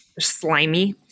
slimy